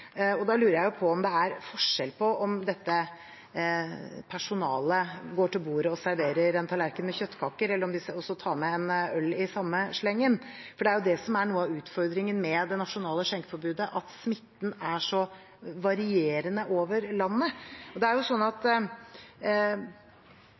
overrepresentert. Da lurer jeg på om det er forskjell på om dette personalet går til bordet og serverer en tallerken med kjøttkaker, og om de også tar med en øl i samme slengen? For det er jo det som er noe av utfordringen med det nasjonale skjenkeforbudet, at smitten er så varierende over landet.